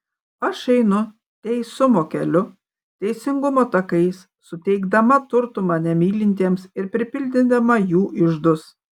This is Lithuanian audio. aš einu teisumo keliu teisingumo takais suteikdama turtų mane mylintiems ir pripildydama jų iždus